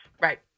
Right